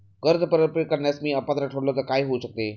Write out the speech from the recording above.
कर्ज परतफेड करण्यास मी अपात्र ठरलो तर काय होऊ शकते?